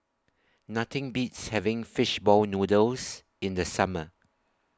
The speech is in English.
Nothing Beats having Fish Ball Noodles in The Summer